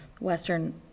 Western